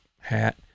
hat